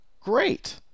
great